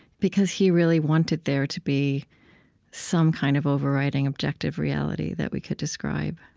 because he really wanted there to be some kind of overriding objective reality that we could describe.